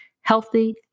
healthy